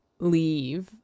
leave